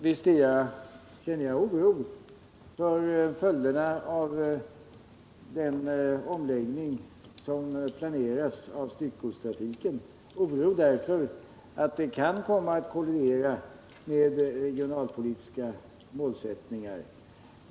Visst känner jag oro för följderna av den omläggning av styckegodstrafiken som planeras, oro därför att det kan komma att kollidera med regionalpolitiska målsättningar.